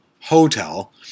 hotel